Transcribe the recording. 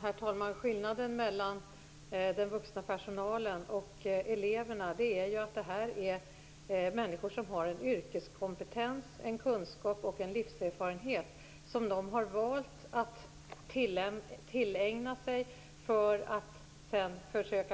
Herr talman! Skillnaden mellan den vuxna personalen och eleverna är att de vuxna har yrkeskompetens, kunskap och livserfarenhet som de har valt att tillägna sig för att sedan